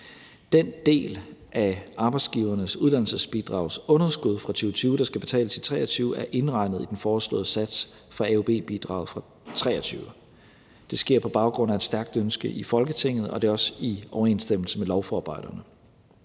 Den del af Arbejdsgivernes Uddannelsesbidrags underskud fra 2020, der skal betales i 2023, er indregnet i den foreslåede sats for AUB-bidraget i 2023. Det sker på baggrund af et stærkt ønske i Folketinget, og det er også i overensstemmelse med lovforarbejderne.